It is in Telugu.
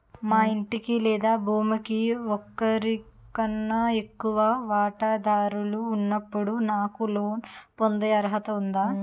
మా ఇంటికి లేదా భూమికి ఒకరికన్నా ఎక్కువ వాటాదారులు ఉన్నప్పుడు నాకు లోన్ పొందే అర్హత ఉందా?